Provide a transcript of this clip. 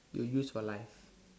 you use for life